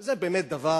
שזה באמת דבר,